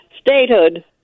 Statehood